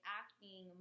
acting